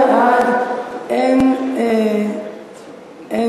29 בעד, אין מתנגדים.